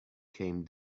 came